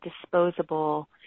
disposable